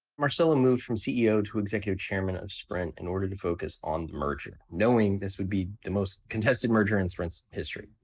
marcelo moved from ceo to executive chairman of sprint in order to focus on the merger, knowing this would be the most contested merger in sprint's history.